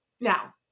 Now